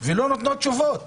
ולא נותנים תשובות